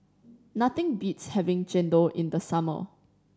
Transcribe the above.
nothing beats having chendol in the summer